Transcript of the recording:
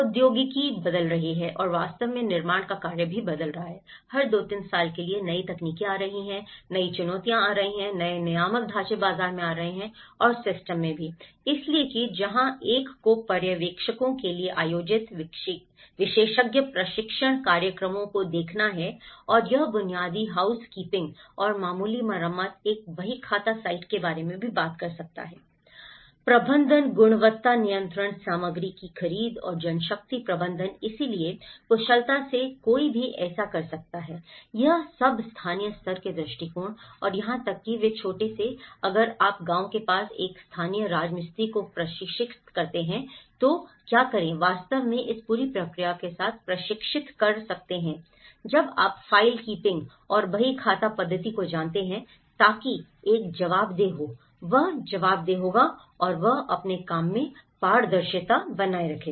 प्रौद्योगिकी बदल रही है और वास्तव में निर्माण का कार्य भी बदल रहा है हर 2 3 साल के लिए नई तकनीकें आ रही हैं नई चुनौतियां आ रही हैं नए नियामक ढांचे बाजार में आ रहे हैं और सिस्टम में भी इसलिए कि जहां एक को पर्यवेक्षकों के लिए आयोजित विशेषज्ञ प्रशिक्षण कार्यक्रमों को देखना है और यह बुनियादी हाउसकीपिंग और मामूली मरम्मत एक बहीखाता साइट के बारे में भी बात कर सकता है प्रबंधन गुणवत्ता नियंत्रण सामग्री की खरीद और जनशक्ति प्रबंधन इसलिए कुशलता से कोई भी ऐसा कर सकता है यह सब स्थानीय स्तर के दृष्टिकोण और यहां तक कि एक छोटे से अगर आप गांव के पास एक स्थानीय राजमिस्त्री को प्रशिक्षित कर रहे हैं तो क्या करें वास्तव में इस पूरी प्रक्रिया के साथ प्रशिक्षित कर सकते हैं जब आप फ़ाइल कीपिंग और बहीखाता पद्धति को जानते हैं ताकि एक जवाबदेह हो वह जवाबदेह होगा और वह अपने काम में पारदर्शिता बनाए रखेगा